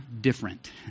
different